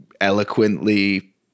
eloquently